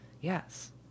yes